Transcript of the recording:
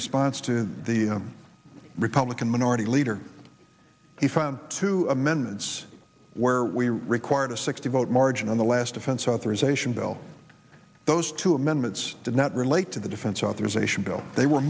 response to the republican minority leader he found two amendments where we required a sixty vote margin on the last defense authorization bill those two amendments did not relate to the defense authorization bill they were